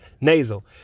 nasal